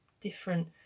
different